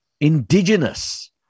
indigenous